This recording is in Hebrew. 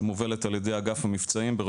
שמובלת על ידי אגף המבצעים,